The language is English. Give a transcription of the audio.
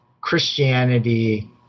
Christianity